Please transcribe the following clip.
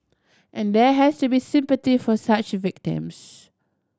and there has to be sympathy for such victims